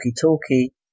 talkie